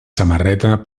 samarreta